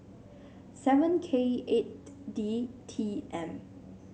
seven K eight D T M